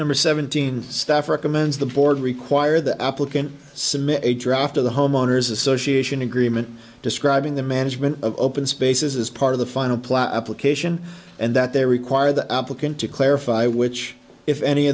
number seventeen staff recommends the board require the applicant submit a draft of the homeowners association agreement describing the management of open spaces as part of the final plat application and that they require the applicant to clarify which if any